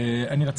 הבאתם.